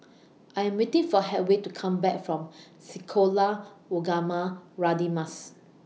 I'm waiting For Hedwig to Come Back from Sekolah Ugama Radin Mas